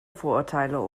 vorurteile